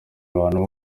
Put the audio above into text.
abantu